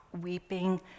weeping